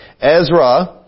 Ezra